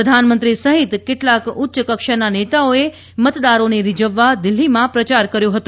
પ્રધાનમંત્રી સહિત કેટલાંક ઉચ્ચ કક્ષાના નેતાઓએ મતદારોને રીઝવવા દિલ્હીમાં પ્રચાર કર્યો હતો